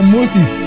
Moses